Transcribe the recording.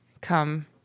come